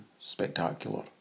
spectacular